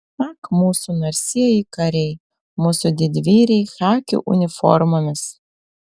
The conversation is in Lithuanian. ak mūsų narsieji kariai mūsų didvyriai chaki uniformomis